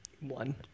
One